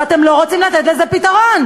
ואתם לא רוצים לתת לזה פתרון.